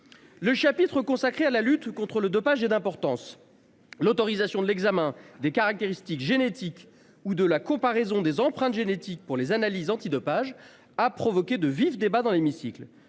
Le chapitre consacré à la lutte contre le dopage est d'importance. L'autorisation de l'examen des caractéristiques génétiques ou de la comparaison des empreintes génétiques pour les analyses antidopage a provoqué de vifs débats dans l'hémicycle.